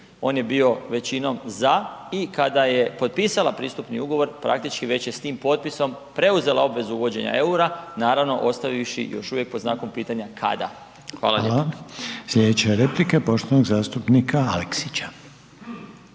on je bio većino za i kada je potpisala pristupni ugovor praktički već je s tim potpisom preuzela obvezu uvođenja eura, naravno ostavivši još uvijek pod znakom pitanja kada. Hvala lijepa. **Reiner, Željko (HDZ)** Hvala.